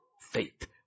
faith